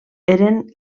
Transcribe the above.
eren